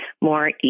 more